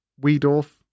Weedorf